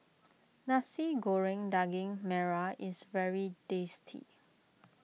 Nasi Goreng Daging Merah is very tasty